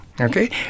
Okay